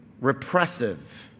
repressive